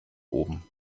oben